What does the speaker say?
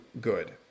good